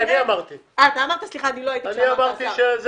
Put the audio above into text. הרווחה והשירותים החברתיים חיים כץ: אני אמרתי את זה.